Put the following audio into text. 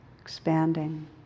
expanding